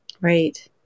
Right